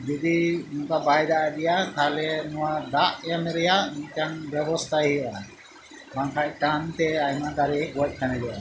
ᱡᱚᱫᱤ ᱚᱱᱠᱟ ᱵᱟᱭ ᱫᱟᱜ ᱤᱫᱤᱭᱟ ᱛᱟᱦᱚᱞᱮ ᱱᱚᱣᱟ ᱫᱟᱜ ᱮᱢ ᱨᱮᱭᱟᱜ ᱢᱤᱫᱴᱟᱝ ᱵᱮᱵᱚᱥᱛᱟᱭ ᱦᱩᱭᱩᱜᱼᱟ ᱵᱟᱝᱠᱷᱟᱱ ᱴᱟᱱᱛᱮ ᱟᱭᱢᱟ ᱫᱟᱨᱮ ᱜᱚᱡ ᱛᱟᱱᱮᱡᱚᱜᱼᱟ